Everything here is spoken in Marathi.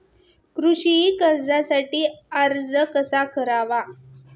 कृषी कर्जासाठी अर्ज कसा करावा?